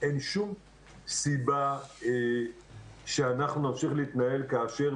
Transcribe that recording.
אין שום סיבה שאנחנו נמשיך להתנהל כאשר